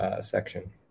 section